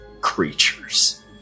creatures